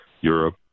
Europe